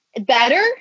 better